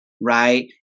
Right